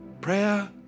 Prayer